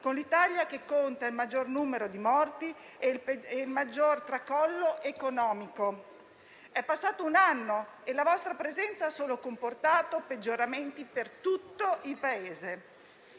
con l'Italia che conta il maggior numero di morti e il maggior tracollo economico. È passato un anno e la vostra presenza ha solo comportato peggioramenti per tutto il Paese.